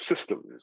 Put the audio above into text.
systems